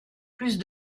plus